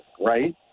right